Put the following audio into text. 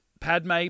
padme